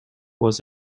was